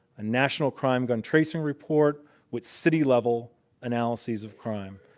a national crime gun tracing report with city level analyses of crime.